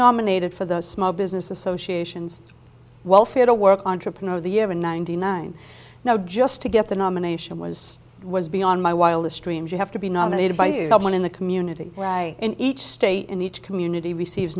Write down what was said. nominated for the small business associations welfare to work entrepreneur of the year in ninety nine now just to get the nomination was was beyond my wildest dreams you have to be nominated by someone in the community and each state and each community receives